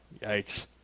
Yikes